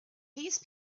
these